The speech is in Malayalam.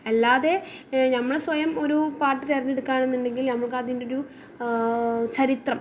അല്ലാതെ നമ്മൾ സ്വയം ഒരു പാട്ട് തെരഞ്ഞെടിക്കുക ആണെന്നുണ്ടെങ്കിൽ നമുക്ക് അതിൻ്റെ ഒരു ചരിത്രം